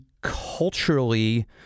culturally